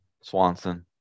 Swanson